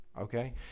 okay